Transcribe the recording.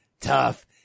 tough